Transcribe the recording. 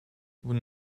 vous